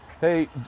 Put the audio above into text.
Hey